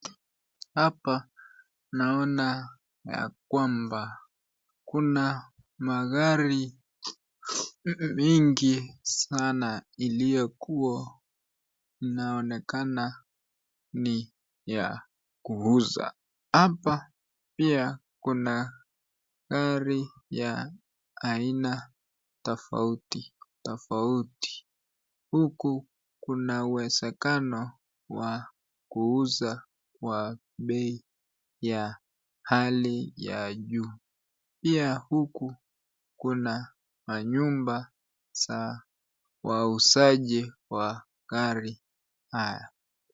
Hapa naona ya kwamba kuna magari mingi sana iliyokuwa inaonekana ni ya kuuza. Hapa pia kuna gari ya aina tofauti tofauti huku kunawezekano wa kuuza kwa bei ya hali ya juu. Pia huku kuna manyumba za wauzaji wa gari haya.